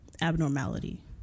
abnormality